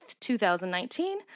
2019